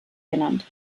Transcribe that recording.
genannt